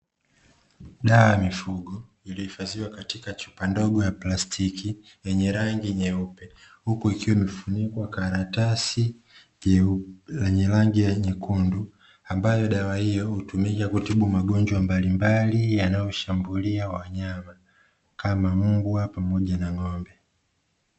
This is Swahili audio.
Dawa ya mifugo iliyohifadhiwa katika chupa ndogo ya plastiki yenye rangi nyeupe, huku ikiwa imefunikwa karatasi yenye rangi nyekundu. Ambayo dawa hiyo hutumika kutibu magonjwa mbalimbali yanayoshambulia wanyama kama mbwa pamoja na ng'ombe.